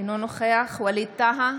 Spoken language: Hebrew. אינו נוכח ווליד טאהא,